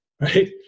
right